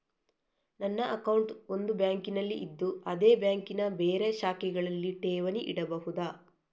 ನನ್ನ ಅಕೌಂಟ್ ಒಂದು ಬ್ಯಾಂಕಿನಲ್ಲಿ ಇದ್ದು ಅದೇ ಬ್ಯಾಂಕಿನ ಬೇರೆ ಶಾಖೆಗಳಲ್ಲಿ ಠೇವಣಿ ಇಡಬಹುದಾ?